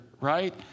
right